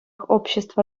общество